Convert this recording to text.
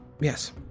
yes